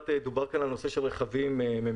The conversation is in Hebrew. דובר כאן על הנושא של רכבים ממשלתיים,